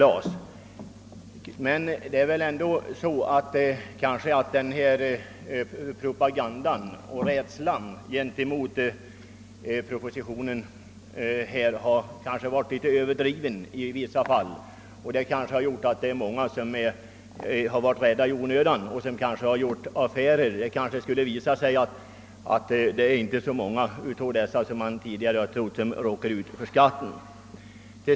Jag vill bara påpeka att den propaganda mot propositionen som bedrivits nog i vissa fall gått till överdrifter och kanske har medfört, att många i onödan blivit skrämda till att göra dessa affärer. Det kanske visar sig att det inte är så många av dessa som man tidigare trott, vilka drabbas av denna skatt.